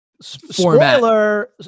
spoiler